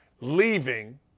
leaving